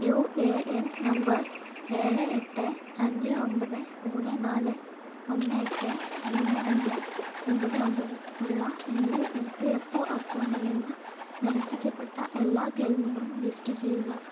UAN number ഏഴ് എട്ട് അഞ്ച് ഒൻപത് മൂന്ന് നാല് ഒന്ന് എട്ട് മൂന്ന് രണ്ട് ഒൻപത് ഒൻപത് ഉള്ള എൻ്റെ ഇപിഎഫ്ഒ അക്കൗണ്ടിൽ നിന്ന് നിരസിക്കപ്പെട്ട എല്ലാ ക്ലെയിമുകളും ലിസ്റ്റ് ചെയ്യുക